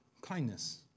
kindness